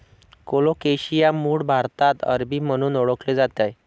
colocasia मूळ भारतात अरबी म्हणून ओळखले जाते